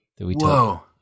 Whoa